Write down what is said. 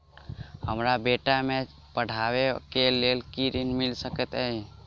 हमरा बेटा केँ पढ़ाबै केँ लेल केँ ऋण मिल सकैत अई?